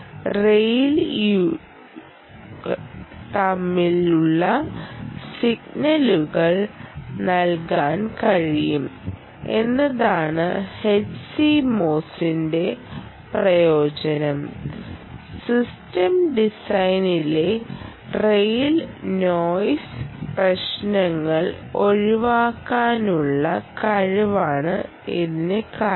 റെയിലുകൾ തമ്മിലുള്ള സിഗ്നലുകൾ നൽകാൻ കഴിയും എന്നതാണ് HCMOSസിന്റെ പ്രയോജനം സിസ്റ്റം ഡിസൈനിലെ റെയിൽ നോയിസ് പ്രശ്നങ്ങൾ ഒഴിവാക്കാനുളള കഴിവാണ് ഇതിന് കാരണം